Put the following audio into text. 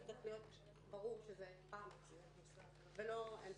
צריך להיות ברור שזה פעם אחת ולא עד